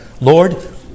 Lord